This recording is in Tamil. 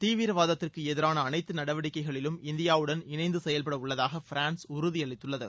தீவிரவாதத்திற்கு எதிராள அனைத்து நடவடிக்கைகளிலும் இந்தியாவுடன் இணைந்து செயல்பட உள்ளதாக பிரான்ஸ் உறுதி அளித்துள்ளது